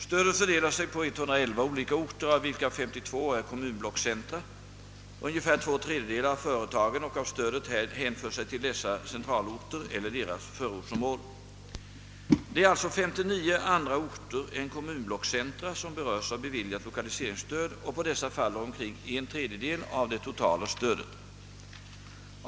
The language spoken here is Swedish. Stödet fördelar sig på 111 olika orter, av vilka 52 är kommunblockcentra. Ungefär två tredjedelar av företagen och av stödet hänför sig till dessa centralorter eller dessa förortsområden. Det är alltså 59 andra orter än kommunblockcentra som berörs av beviljat 1okaliseringsstöd och på dessa faller omkring en tredjedel av det totala stödet.